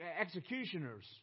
executioners